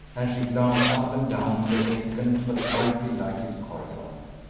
and she glanced up and down the vacant but brightly lighted corridor.